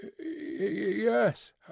Yes